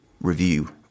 review